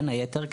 בין היתר,